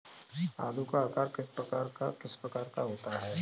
आलू का आकार किस प्रकार का होता है?